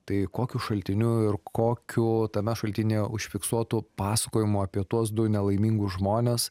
tai kokiu šaltiniu ir kokiu tame šaltinyje užfiksuotu pasakojimu apie tuos du nelaimingus žmones